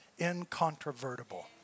incontrovertible